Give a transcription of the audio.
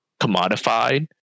commodified